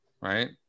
Right